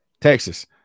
Texas